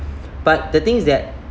but the thing is that